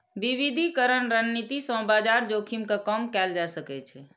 विविधीकरण रणनीति सं बाजार जोखिम कें कम कैल जा सकै छै